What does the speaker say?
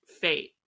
fate